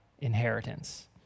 inheritance